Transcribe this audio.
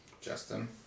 Justin